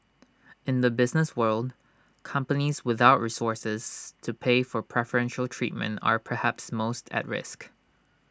in the business world companies without resources to pay for preferential treatment are perhaps most at risk